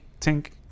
tink